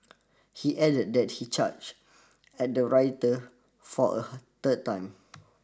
he added that he charged at the rioter for a third time